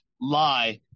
lie